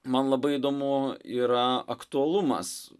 man labai įdomu yra aktualumas